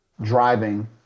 driving